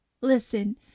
Listen